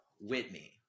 Whitney